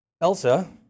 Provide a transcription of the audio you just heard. Elsa